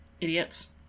Idiots